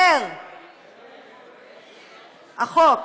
אומר החוק,